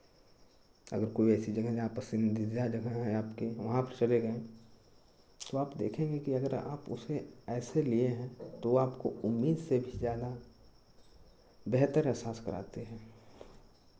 अगर कोइ ऐसी जगह है जहाँ पसंदीदा जगह है आपके वहाँ पे चले गए तो आप देखेंगे की अगर आप उसे ऐसे लिए हैं तो आपको उम्मीद से ज़्यादा बेहतर एहसास कराते हैं